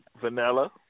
Vanilla